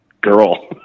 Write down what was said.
girl